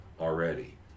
already